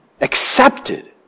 accepted